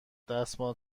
دستمال